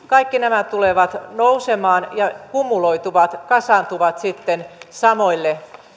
kaikki nämä tulevat nousemaan ja kumuloituvat kasaantuvat sitten samoille